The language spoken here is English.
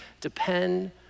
depend